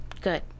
good